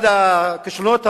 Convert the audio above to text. אחד הכישלונות המהדהדים,